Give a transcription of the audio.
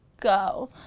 go